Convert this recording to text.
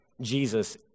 Jesus